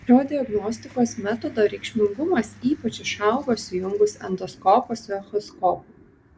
šio diagnostikos metodo reikšmingumas ypač išaugo sujungus endoskopą su echoskopu